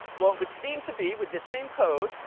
well, it would seem to be, with this same code,